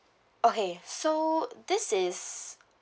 okay so this is